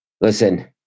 listen